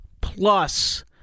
plus